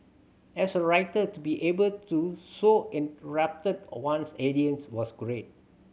as a writer to be able to so one's was great